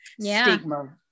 stigma